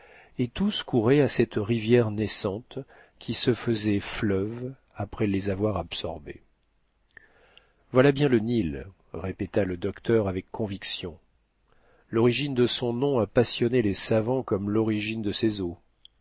et tous couraient à cette rivière naissante qui se faisait fleuve après les avoir absorbés voilà bien le nil répéta le docteur avec conviction l'origine de son nom a passionné les savants comme l'origine de ses eaux